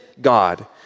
God